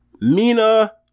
Mina